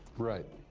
right.